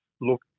look